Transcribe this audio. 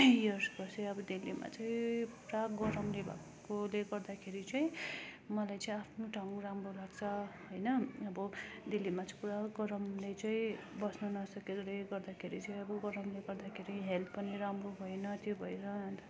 years बसेँ अब दिल्लीमा चाहिँ पुरा गरमले भएकोले गर्दाखेरि चाहिँ मलाई चाहिँ आफ्नो ठाउँ राम्रो लाग्छ होइन अब दिल्लीमा चाहिँ पुरा गरमले चाहिँ बस्नु नसकेकोले गर्दाखेरि चाहिँ अब गरमले गर्दाखेरि हेल्थ पनि राम्रो भएन त्यो भएर अन्त अब